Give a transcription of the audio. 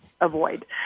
avoid